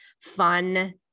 fun